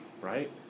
right